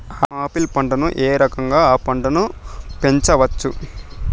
Apple పంటను ఏ రకంగా అ పంట ను పెంచవచ్చు?